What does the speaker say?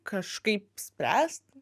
kažkaip spręst